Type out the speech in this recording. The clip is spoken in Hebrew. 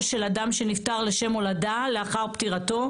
של אדם שנפטר לשם הולדה לאחר פטירתו,